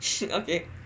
okay